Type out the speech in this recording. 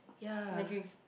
yea